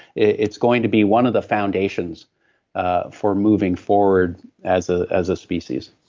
it's going to be one of the foundations ah for moving forward as ah as a species.